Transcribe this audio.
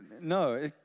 no